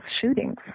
shootings